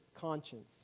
conscience